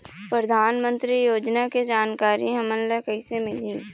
परधानमंतरी योजना के जानकारी हमन ल कइसे मिलही?